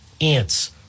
ants